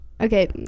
Okay